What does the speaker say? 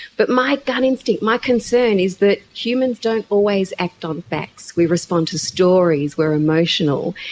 but my gut instinct, my concern is that humans don't always act on facts, we respond to stories, we are emotional.